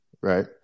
Right